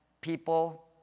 people